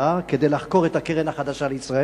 חקירה כדי לחקור את הקרן החדשה לישראל.